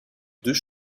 deux